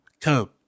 come